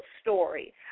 story